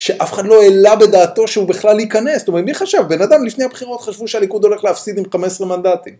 שאף אחד לא העלה בדעתו שהוא בכלל ייכנס. זאת אומרת, מי חשב? בן אדם לפני הבחירות חשבו שהליכוד הולך להפסיד עם 15 מנדטים.